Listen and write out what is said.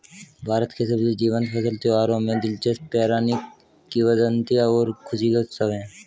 भारत के सबसे जीवंत फसल त्योहारों में दिलचस्प पौराणिक किंवदंतियां और खुशी के उत्सव है